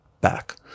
back